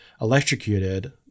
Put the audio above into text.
electrocuted